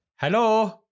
Hello